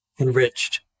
enriched